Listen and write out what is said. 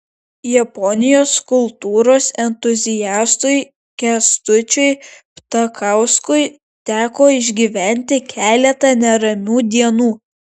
japonijos kultūros entuziastui kęstučiui ptakauskui teko išgyventi keletą neramių dienų